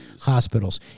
hospitals